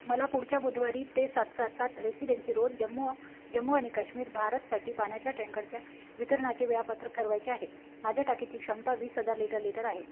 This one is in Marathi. मला पुढच्या बुधवारी ते सात सात सात रेसिडेन्सी रोड जम्मू जम्मू आणि कश्मीर भारतसाठी पाण्याच्या टँकरच्या वितरणाचे वेळापत्रक ठरवायचे आहे माझ्या टाकीची क्षमता वीस हजार लिटर लिटर आहे